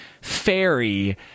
fairy